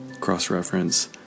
cross-reference